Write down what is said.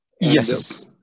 Yes